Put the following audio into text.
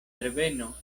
herbeno